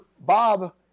Bob